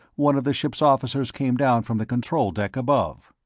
one of the ship's officers came down from the control deck, above.